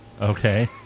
Okay